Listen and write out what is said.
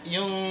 Yung